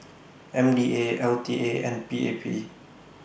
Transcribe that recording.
M D A L T A and P A P